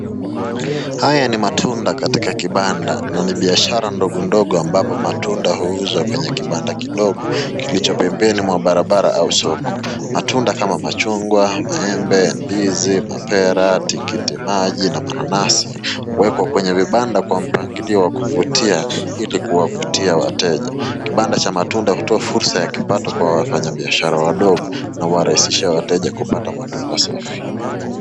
Haya ni matunda katika kibanda na ni biashara ndogo ndogo ambapo matunda huuzwa kwenye kibanda kidogo kilicho pembeni mwa barabara au soko. Matunda kama machungwa, maembe, ndizi, mapera ,tikiti maji na mananasi huwekwa kwenye vibanda kwa mpangilio wa kuvutia ili kuwavutia wateja. Kibanda cha matunda hutoa fursa ya kipato kwa wafanyabiashara wadogo na huwarahisishia wateja kupata matunda safi.